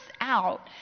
out